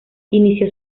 inició